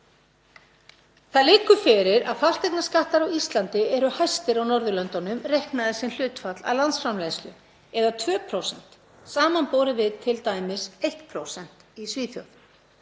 Það liggur fyrir að fasteignaskattar á Íslandi eru hæstir á Norðurlöndunum reiknaðir sem hlutfall af landsframleiðslu, eða 2% samanborið við t.d. 1% í Svíþjóð.